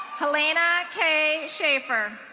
helena k schaffer.